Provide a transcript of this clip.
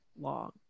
long